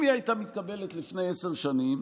אם היא הייתה מתקבלת לפני עשר שנים,